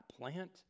plant